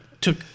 took